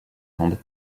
andes